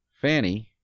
Fanny